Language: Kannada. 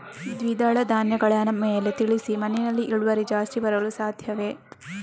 ದ್ವಿದಳ ಧ್ಯಾನಗಳನ್ನು ಮೇಲೆ ತಿಳಿಸಿ ಮಣ್ಣಿನಲ್ಲಿ ಇಳುವರಿ ಜಾಸ್ತಿ ಬರಲು ಸಾಧ್ಯವೇ?